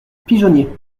pigeonnier